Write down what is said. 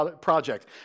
project